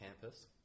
campus